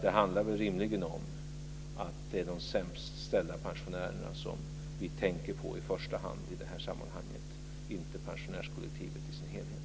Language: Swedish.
Det är rimligen i första hand de sämst ställda pensionärerna som vi tänker på i det här sammanhanget, inte pensionärskollektivet i dess helhet.